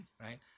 right